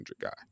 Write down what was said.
guy